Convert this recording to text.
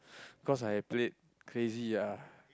cause I played crazy ah